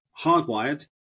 hardwired